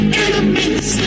enemies